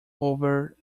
over